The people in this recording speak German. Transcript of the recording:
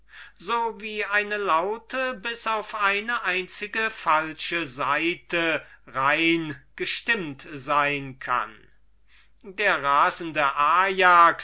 so wie eine laute bis auf eine einzige falsche saite wohl gestimmt sein kann der rasende ajax